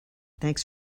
thanks